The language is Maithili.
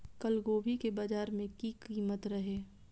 कल गोभी के बाजार में की कीमत रहे?